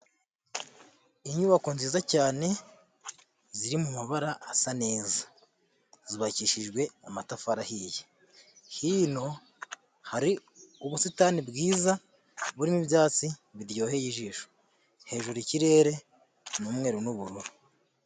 Inyubako nziza cyane, ziri mu mabara asa neza, zubakishijwe amatafari ahiye, hino hari ubusitani bwiza burimo ibyatsi biryoheye ijisho, hejuru ikirere ni umweru n'ubururu.